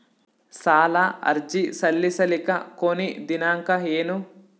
ಸಾಲ ಅರ್ಜಿ ಸಲ್ಲಿಸಲಿಕ ಕೊನಿ ದಿನಾಂಕ ಏನು?